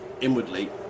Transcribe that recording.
inwardly